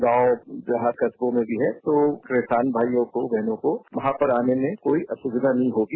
गांव देहात कस्बों में है तो किसान भाइयों को बहनों को वहां पर आने में कोई असुविधा नहीं होगी